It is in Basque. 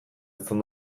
izan